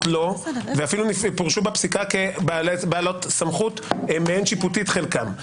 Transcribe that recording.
לו ואף פורשו בפסיקה כבעולת סמכות מעין שיפוטית חלקן.